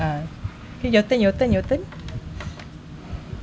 ah your turn your turn your turn